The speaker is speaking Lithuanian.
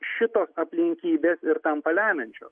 šitos aplinkybės ir tampa lemiančios